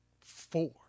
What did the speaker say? four